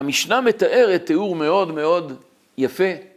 המשנה מתארת תיאור מאוד מאוד יפה.